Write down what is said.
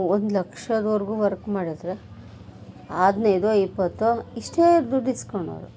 ಒಂದು ಲಕ್ಷದವರ್ಗು ವರ್ಕ್ ಮಾಡಿದ್ರೆ ಹದಿನೈದೋ ಇಪ್ಪತ್ತೋ ಇಷ್ಟೇ ದುಡ್ಡು ಇಸ್ಕಳೋರು